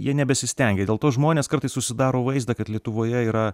jie nebesistengia dėl to žmonės kartais susidaro vaizdą kad lietuvoje yra